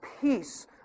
peace